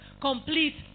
complete